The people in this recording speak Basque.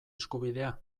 eskubidea